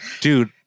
Dude